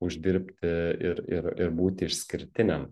uždirbti ir ir ir būti išskirtiniam